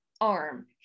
arm